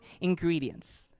ingredients